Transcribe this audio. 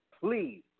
Please